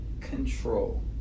control